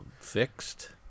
fixed